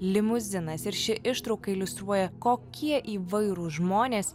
limuzinas ir ši ištrauka iliustruoja kokie įvairūs žmonės